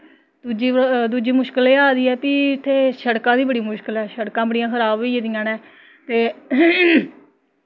दूजी मुशकल एह् आ दी ऐ कि इ'त्थें शड़का दी बड़ी मुश्कल ऐ शड़कां बड़ियां खराब होई गेदियां न ते